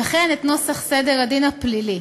וכן את נוסח סדר הדין הפלילי.